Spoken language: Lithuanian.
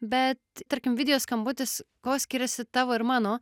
bet tarkim video skambutis kuo skiriasi tavo ir mano